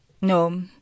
No